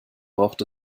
braucht